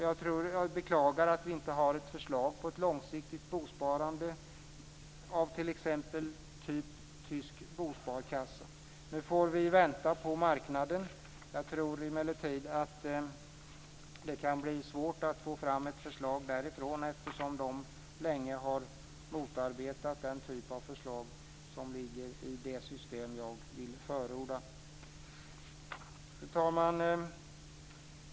Jag beklagar att vi inte har ett förslag till ett långsiktigt bosparande av typ tysk bosparkassa. Nu får vi vänta på marknaden. Jag tror emellertid att det kan bli svårt att få fram ett förslag därifrån, eftersom marknaden länge har motarbetat den typ av förslag som ligger i det system som jag vill förorda. Fru talman!